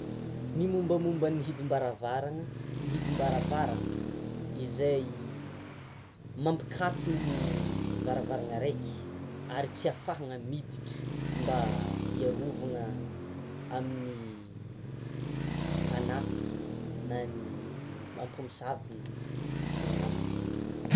Ny mombamomba ny hidim-baravarana, ny hidim-baravarana izay mampikatona ny varavarana araiky; ary tsy afahana miditra mba hiarovana amin'ny mpanafiky na ny ampomosavy sy ny namany.